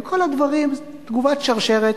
כל הדברים, תגובת שרשרת